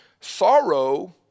Sorrow